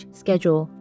schedule